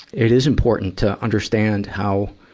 it is important to understand how,